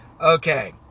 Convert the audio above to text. okay